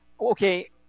Okay